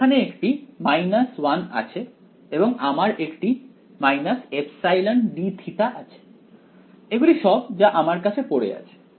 তাই সেখানে একটি 1 আছে এবং আমার একটি ε dθ আছে এগুলি সব যা আমার কাছে পড়ে আছে